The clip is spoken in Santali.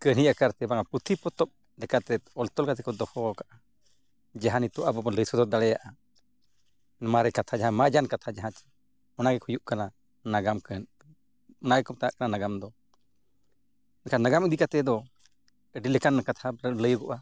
ᱠᱟᱹᱦᱱᱤ ᱟᱠᱟᱨ ᱛᱮ ᱵᱟᱝ ᱯᱩᱛᱷᱤᱼᱯᱚᱛᱚᱵ ᱞᱮᱠᱟᱛᱮ ᱚᱞᱼᱛᱚᱞ ᱠᱟᱛᱮᱫ ᱠᱚ ᱫᱚᱦᱚ ᱟᱠᱟᱫᱼᱟ ᱡᱟᱦᱟᱸ ᱱᱤᱛᱳᱜ ᱟᱵᱚ ᱵᱚᱱ ᱞᱟᱹᱭ ᱥᱚᱫᱚᱨ ᱫᱟᱲᱮᱭᱟᱜᱼᱟ ᱢᱟᱨᱮ ᱠᱟᱛᱷᱟ ᱡᱟᱦᱟᱸ ᱢᱟᱡᱟᱱ ᱠᱟᱛᱷᱟ ᱡᱟᱦᱟᱸ ᱚᱱᱟᱜᱮ ᱦᱩᱭᱩᱜ ᱠᱟᱱᱟ ᱱᱟᱜᱟᱢ ᱠᱟᱹᱦᱱᱤ ᱚᱱᱟ ᱜᱮᱠᱚ ᱢᱮᱛᱟᱜ ᱠᱟᱱᱟ ᱱᱟᱜᱟᱢ ᱫᱚ ᱮᱱᱠᱷᱟᱱ ᱱᱟᱜᱟᱢ ᱤᱫᱤ ᱠᱟᱛᱮᱫ ᱫᱚ ᱟᱹᱰᱤ ᱞᱮᱠᱟᱱ ᱠᱟᱛᱷᱟ ᱞᱟᱹᱭᱟᱹᱜᱚᱜᱼᱟ